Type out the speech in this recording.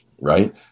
right